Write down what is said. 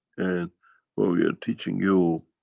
and what we are teaching you,